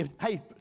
hey